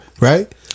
Right